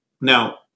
now